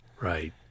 right